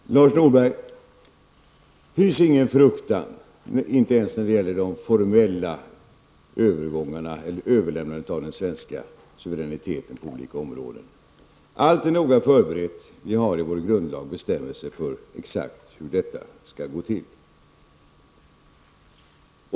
Herr talman! Lars Norberg, hys ingen fruktan, inte ens när det gäller det formella överlämnandet av den svenska suveräniteten på olika områden! Allt är noga förberett. Vi har i vår grundlag bestämmelser för exakt hur detta skall gå till.